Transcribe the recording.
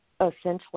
essentially